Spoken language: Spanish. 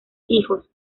hijos